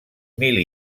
mil